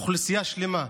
אוכלוסייה שלמה.